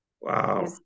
Wow